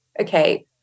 okay